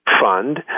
fund